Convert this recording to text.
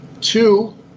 Two